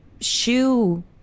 shoe